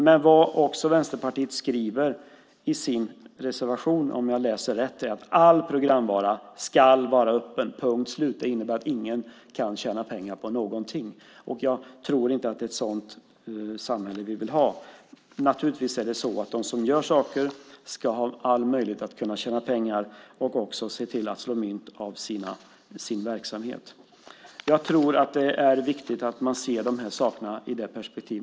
Om jag läser rätt skriver Vänsterpartiet i sin reservation att all programvara ska vara öppen. Det innebär ju att ingen kan tjäna pengar på någonting. Jag tror inte att det är ett sådant samhälle vi vill ha. Naturligtvis ska de som gör saker ha all möjlighet att tjäna pengar och slå mynt av sin verksamhet. Jag tror att det är viktigt att man ser sakerna i perspektiv.